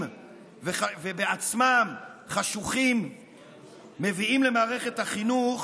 וחשוכים בעצמם מביאים למערכת החינוך,